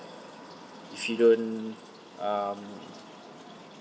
if you don't um